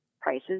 prices